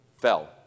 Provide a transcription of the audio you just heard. fell